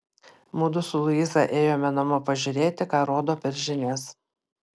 mudu su luiza ėjome namo pažiūrėti ką rodo per žinias